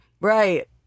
Right